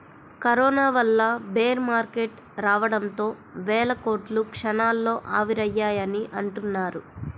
corona వల్ల bear market రావడంతో వేల కోట్లు క్షణాల్లో ఆవిరయ్యాయని అంటున్నారు